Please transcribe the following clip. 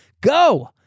Go